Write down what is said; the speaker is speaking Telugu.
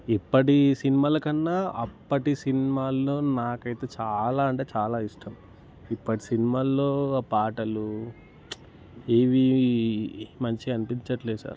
ఇప్పటి సినిమాలకన్నా అప్పటి సినిమాలలో నాకైతే చాలా అంటే చాలా ఇష్టం ఇప్పటి సినిమాలలో పాటలు ఇవి ఇవి మంచిగా అనిపించట్లేదు సార్